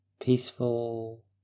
Peaceful